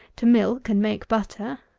to milk and make butter.